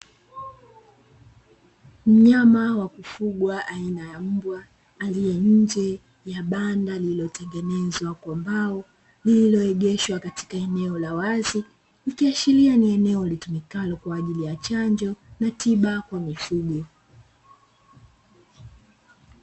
Mnyama wa kufugwa aina ya mbwa aliye nje ya banda lililotengenezwa kwa mbao, lilioegeshwa katika eneo la wazi ikiashiria ni eneo litumikalo kwa ajili ya chanjo na tiba kwa mifugo.